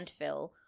landfill